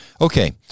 Okay